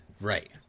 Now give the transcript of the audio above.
Right